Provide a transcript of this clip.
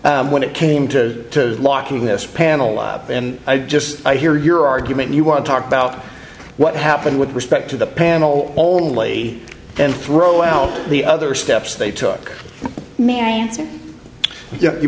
when it came to locking this panel up and i just i hear your argument you want to talk about what happened with respect to the panel only then throw out the other steps they took may answer your